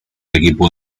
equipo